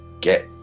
get